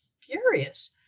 furious